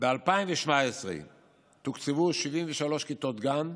ב-2017 תוקצבו 73 כיתות גן,